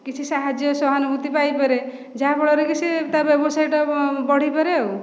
କିଛି ସାହାଯ୍ୟ ସହାନୁଭୂତି ପାଇପାରେ ଯାହା ଫଳରେ କି ସେ ତା ବ୍ୟବସାୟ ଟା ବଢ଼େଇପାରେ ଆଉ